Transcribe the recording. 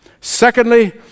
Secondly